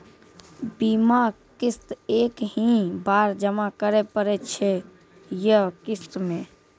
बीमा किस्त एक ही बार जमा करें पड़ै छै या किस्त मे?